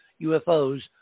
UFOs